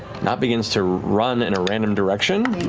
nott begins to run in a random direction.